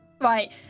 Right